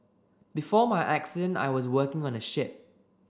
before my accident I was working on a ship